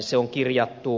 se on kirjattu